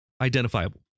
identifiable